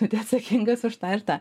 atsakingas už startą